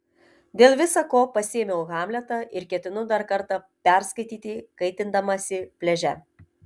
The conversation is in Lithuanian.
dėl visa ko pasiėmiau hamletą ir ketinu dar kartą perskaityti kaitindamasi pliaže